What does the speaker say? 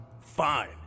Fine